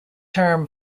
term